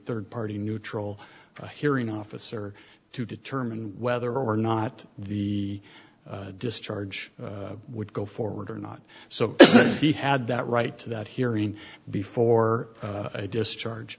third party neutral hearing officer to determine whether or not the discharge would go forward or not so he had that right to that hearing before discharge